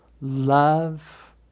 love